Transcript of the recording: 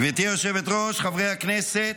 גברתי היושבת-ראש, חברי הכנסת,